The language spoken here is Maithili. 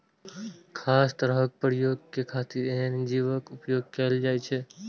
खास तरहक प्रयोग के खातिर एहन जीवक उपोयग कैल जाइ छै